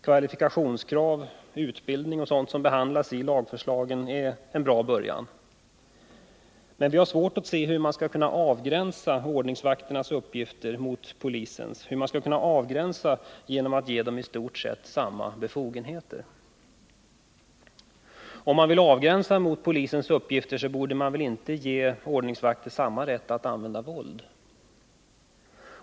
Kvalifikationskrav, utbildning och sådant som behandlas i lagförslagen är en bra början, men vi har svårt att se hur man skall kunna avgränsa ordningsvakternas uppgifter gentemot polisens genom att ge dem i stort sett samma befogenheter. Om man vill avgränsa ordningsvakternas uppgifter i förhållande till polisens, borde man väl inte ge ordningsvakt samma rätt som polis att använda våld.